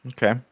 Okay